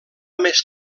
més